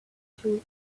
shui